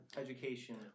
education